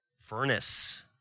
Furnace